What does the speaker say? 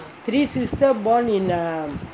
three sister born in ah